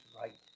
right